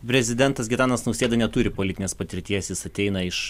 prezidentas gitanas nausėda neturi politinės patirties jis ateina iš